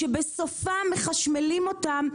שבסופן מחשמלים אותן.